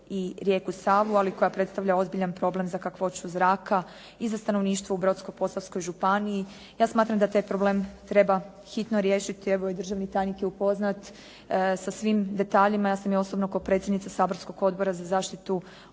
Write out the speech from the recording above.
i rijeku Savu ali koja predstavlja ozbiljan problem za kakvoću zraka i za stanovništvo u Brodsko-posavskoj županiji. Ja smatram da taj problem treba hitno riješiti, evo i državni tajnik je upoznat sa svim detaljima, ja sam i osobno kao predsjednica Saborskog odbora za zaštitu okoliša